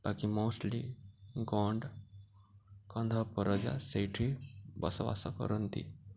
ବାକି ମୋଷ୍ଟ୍ଲି ଗଣ୍ଡ୍ କନ୍ଧ ପରଜା ସେଇଠି ବସବାସ କରନ୍ତି